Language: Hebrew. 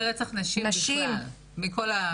מקרי רצח נשים בכלל, בכל הארץ.